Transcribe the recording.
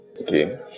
Okay